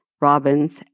Robin's